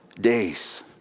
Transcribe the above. days